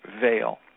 veil